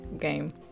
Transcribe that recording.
game